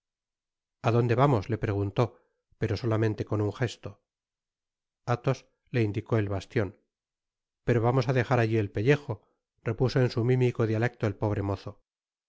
a dónde vamos le preguntó pero solamente con un jesto athos le indicó el bastion pero vamos á dejar alli el pellejo repuso en su mimico dialecto el pobre mozo